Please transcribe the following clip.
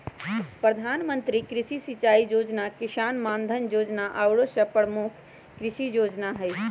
प्रधानमंत्री कृषि सिंचाई जोजना, किसान मानधन जोजना आउरो सभ प्रमुख कृषि जोजना हइ